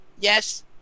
Yes